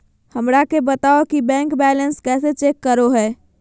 हमरा के बताओ कि बैंक बैलेंस कैसे चेक करो है?